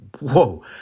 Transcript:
whoa